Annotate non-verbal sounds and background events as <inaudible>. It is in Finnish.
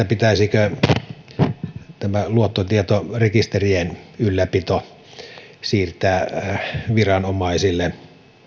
<unintelligible> pitäisikö tämä luottotietorekisterien ylläpito siirtää viranomaisille